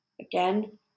Again